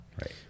right